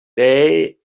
day